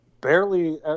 barely